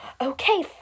okay